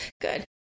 Good